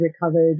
recovered